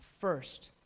first